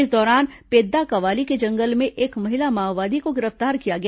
इस दौरान पेद्दाकवाली के जंगल में एक महिला माओवादी को गिरफ्तार किया गया